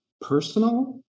personal